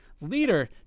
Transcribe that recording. leader